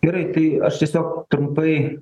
gerai tai aš tiesiog trumpai